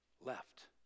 left